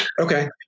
Okay